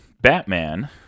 Batman